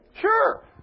Sure